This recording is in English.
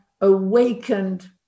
awakened